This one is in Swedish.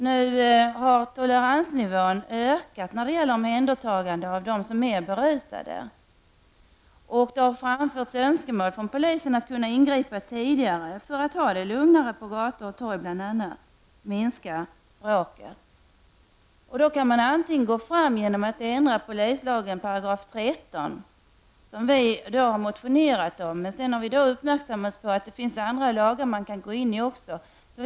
Nu har toleransnivån ökat när det gäller omhändertagande av dem som är berusade. Det har framförts önskemål från polisens sida att kunna ingripa tidigare för att det skall kunna bli lugnare på gator och torg och kunna minska bråken. Detta kan t.ex. ske genom en ändring i polislagen 13 §, vilket vi i centern har väckt en motion om. Vi har sedan uppmärksammats på att det finns andra lagar som det också går att ändra i.